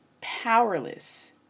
powerless